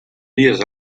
dies